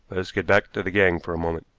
let us get back to the gang for a moment.